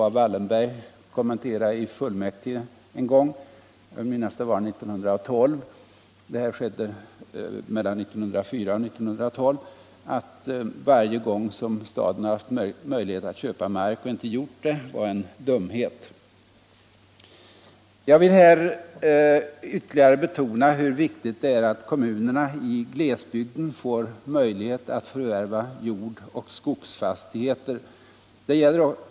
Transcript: A. Wallenberg sade vid något tillfälle i fullmäktige — jag vill minnas att det var 1912 — att varje gång som staden hade haft möjlighet att köpa mark och inte gjort det var en dumhet. Jag vill här ytterligare betona hur viktigt det är att kommunerna i glesbygden får möjlighet att förvärva jordoch skogsbruksfastigheter.